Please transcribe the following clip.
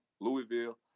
Louisville